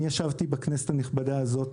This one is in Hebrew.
אני ישבתי בכנסת הנכבדה הזאת